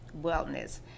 wellness